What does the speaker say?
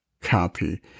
copy